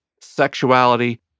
sexuality